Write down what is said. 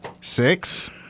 six